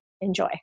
Enjoy